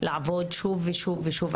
לעבוד שוב ושוב ושוב,